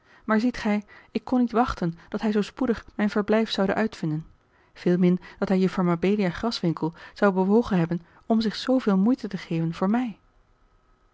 maar ziet gij ik kon niet wachten dat hij zoo spoedig mijn verblijf zoude uitvinden veelmin dat hij juffer mabelia graswinckel zou bewogen hebben om zich zooveel moeite te geven voor mij